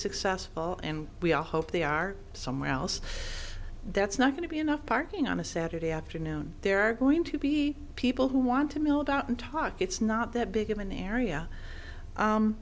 successful and we all hope they are somewhere else that's not going to be enough parking on a saturday afternoon there are going to be people who want to mill about and talk it's not that big of an area